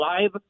live